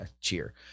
cheer